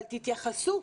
אבל תתייחסו.